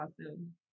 Awesome